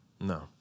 No